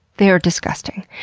they are disgusting.